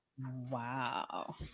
wow